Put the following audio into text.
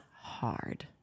hard